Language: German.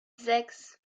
sechs